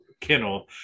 Kennel